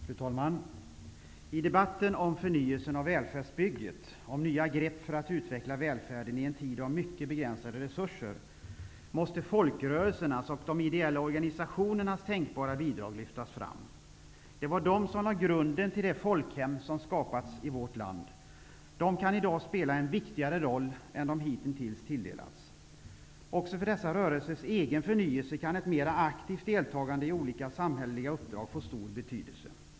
Fru talman! I debatten om förnyelsen av välfärdsbygget, om nya grepp för att utveckla välfärden i en tid av mycket begränsade resurser, måste folkrörelsernas och de ideella organisationernas tänkbara bidrag lyftas fram. Det var de som lade grunden till det folkhem som skapats i vårt land. De kan i dag spela en viktigare roll än de hitintills tilldelats. Också för dessa rörelsers egen förnyelse kan ett mer aktivt deltagande i olika samhälleliga uppdrag få stor betydelse.